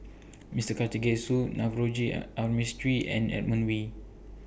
Mister Karthigesu Navroji R Mistri and Edmund Wee